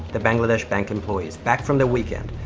the bangladesh bank employees, back from the weekend,